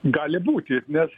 gali būti nes